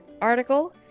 article